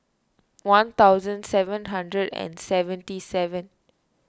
one thousand seven hundred and seventy seven